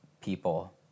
people